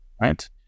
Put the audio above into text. right